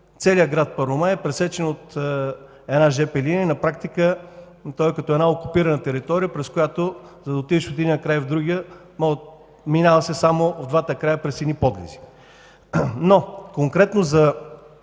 целият град Първомай е пресечен от една жп линия. На практика той е като една окупирана територия, през която, за да отидеш от единия край в другия, се минава само в двата края през едни подлези. Конкретно за